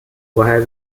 woher